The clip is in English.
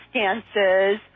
circumstances